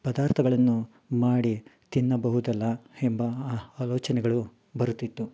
ಪದಾರ್ಥಳನ್ನು ಮಾಡಿ ತಿನ್ನಬಹುದಲ್ಲ ಎಂಬ ಆ ಆಲೋಚನೆಗಳು ಬರುತ್ತಿತ್ತು